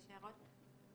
יש הערות?